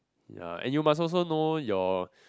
ya and you must know your